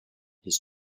his